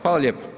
Hvala lijepo.